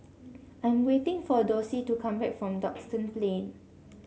I am waiting for Dossie to come back from Duxton Plain